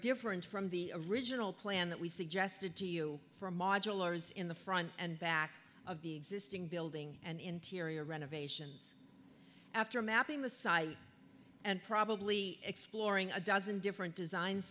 different from the original plan that we suggested to you for a modular is in the front and back of the existing building and interior renovation after mapping the site and probably exploring a dozen different design